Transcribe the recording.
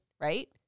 right